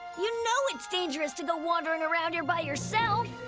you know it's dangerous to go wandering around here by yourself.